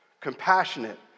Compassionate